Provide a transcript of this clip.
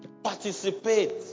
participate